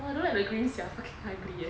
don't have the green sia freaking ugly eh